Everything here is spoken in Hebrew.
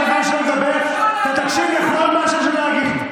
אתה תקשיב לכל מה שיש לו להגיד.